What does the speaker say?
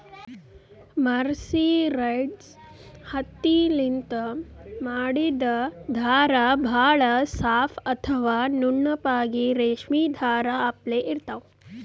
mercerised ಹತ್ತಿಲಿಂತ್ ಮಾಡಿದ್ದ್ ಧಾರಾ ಭಾಳ್ ಸಾಫ್ ಅಥವಾ ನುಣುಪಾಗಿ ರೇಶ್ಮಿ ಧಾರಾ ಅಪ್ಲೆ ಇರ್ತಾವ್